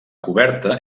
coberta